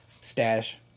stash